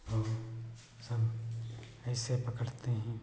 और सब ऐसे पकड़ते हैं